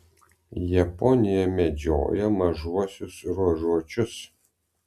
japonija medžioja mažuosiuos ruožuočius